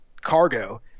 cargo